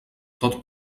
tot